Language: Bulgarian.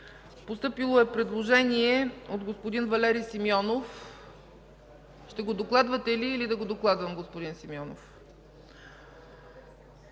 Постъпило е предложение от господин Валери Симеонов. Ще го докладвате ли или да го докладвам, господин Симеонов?